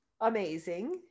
amazing